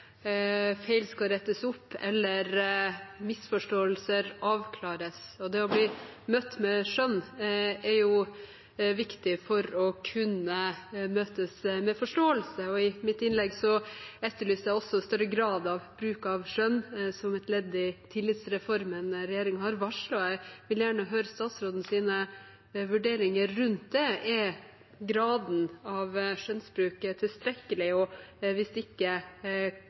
feil skal rettes opp eller misforståelser avklares. Det å bli møtt med skjønn er viktig for å kunne møtes med forståelse. I mitt innlegg etterlyste jeg også større grad av bruk av skjønn som et ledd i tillitsreformen regjeringen har varslet. Jeg vil gjerne høre statsrådens vurderinger rundt det. Er graden av skjønnsbruk tilstrekkelig? Hvis ikke,